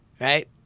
right